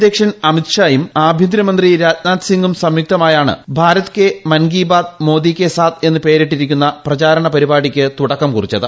അധ്യക്ഷൻ അമിത്ഷായും ആഭ്യന്തരമന്ത്രി രാജ്നാഥ് സിംഗും സംയുക്തമായാണ് ഭാരത് കെ മൻ കി ബാത്ത് മോദി കെ സാത് എന്ന് പേരിട്ടിരിക്കുന്ന പ്രചാരണ പരിപാടിക്ക് തുടക്കം കുറിച്ചത്